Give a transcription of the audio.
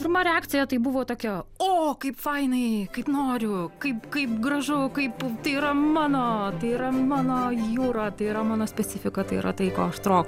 pirma reakcija tai buvo tokia o kaip fainai kaip noriu kaip kaip gražu kaip tai yra mano tai yra mano jūra tai yra mano specifika tai yra tai ko aš trokštu